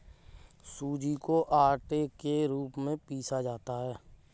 सूजी को आटे के रूप में पीसा जाता है